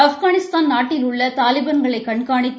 ஆப்கானிஸ்தான் நாட்டில் உள்ள தாலிபான்களை கண்காணித்து